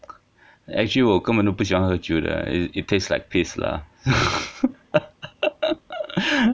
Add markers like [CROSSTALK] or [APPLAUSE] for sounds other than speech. actually 我根本都不喜欢喝酒的 it it tastes like piss lah [LAUGHS]